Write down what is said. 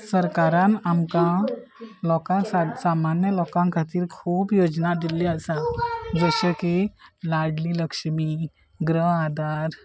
सरकारान आमकां लोकां सामान्य लोकां खातीर खूब योजना दिल्ली आसा जशे की लाडली लक्ष्मी ग्रह आदार